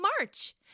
March